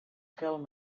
film